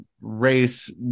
race